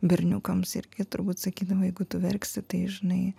berniukams irgi turbūt sakydavo jeigu tu verksi tai žinai